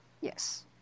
Yes